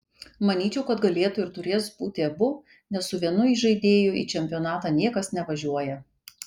manyčiau kad galėtų ir turės būti abu nes su vienu įžaidėju į čempionatą niekas nevažiuoja